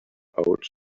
out